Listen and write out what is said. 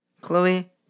Chloe